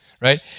right